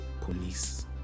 police